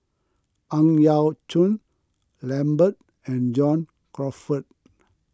Ang Yau Choon Lambert and John Crawfurd